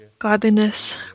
godliness